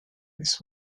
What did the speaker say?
this